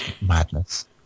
madness